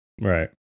Right